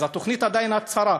אז התוכנית עדיין היא הצהרה.